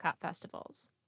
festivals